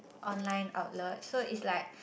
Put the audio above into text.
online outlet so it's like